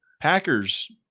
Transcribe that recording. Packers